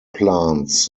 plants